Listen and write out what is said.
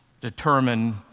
determine